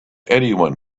anyone